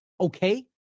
okay